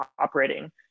operating